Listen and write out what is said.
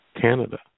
Canada